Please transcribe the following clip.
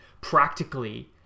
practically